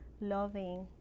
loving